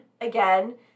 again